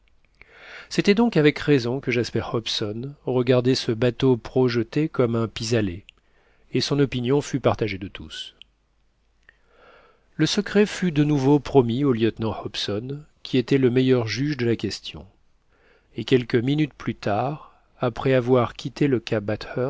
c'était donc avec raison que jasper hobson regardait ce bateau projeté comme un pis aller et son opinion fut partagée de tous le secret fut de nouveau promis au lieutenant hobson qui était le meilleur juge de la question et quelques minutes plus tard après avoir quitté le